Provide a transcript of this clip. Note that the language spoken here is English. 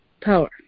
power